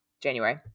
January